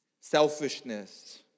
selfishness